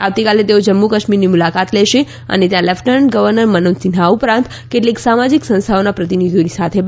આવતીકાલે તેઓ જમ્મુની મુલાકાત લેશે અને ત્યાં લેફ્ટનન્ટ ગવર્નર મનોજ સિંહા ઉપરાંત કેટલીક સામાજિક સંસ્થાઓના પ્રતિનિધિઓની સાથે બેઠક કરશે